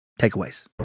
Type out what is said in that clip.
takeaways